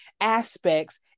aspects